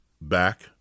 back